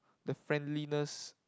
the friendliness